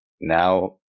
now